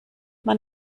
man